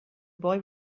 boy